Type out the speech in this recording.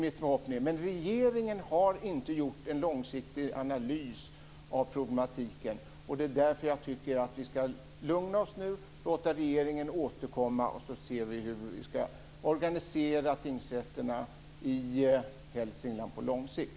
Men regeringen har inte gjort en lånsiktig analys av problematiken. Och det är därför som jag tycker att vi nu ska lugna oss och låta regeringen återkomma, så får vi se hur vi ska organisera tingsrätterna i Hälsingland på lång sikt.